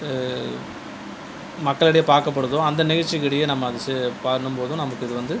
மக்களிடையே பார்க்கப்படுதோ அந்த நிகழ்ச்சிக்கிடையே நம்ம அதை செ பண்ணும் போது நமக்கு இது வந்து